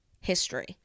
history